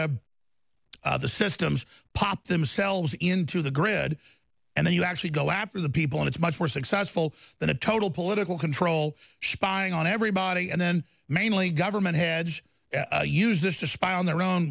and the systems pop themselves into the grid and then you actually go after the people and it's much more successful than a total political control spying on everybody and then mainly government heads use this to spy on their own